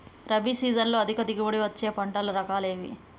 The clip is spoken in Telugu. రబీ సీజన్లో అధిక దిగుబడి వచ్చే పంటల రకాలు ఏవి?